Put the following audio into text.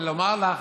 ואומר לך